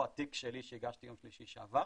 התיק שלו שהוא הגיש ביום שלישי שעבר,